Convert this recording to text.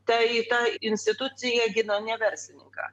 tai ta institucija gina ne verslininką